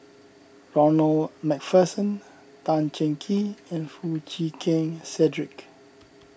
Ronald MacPherson Tan Cheng Kee and Foo Chee Keng Cedric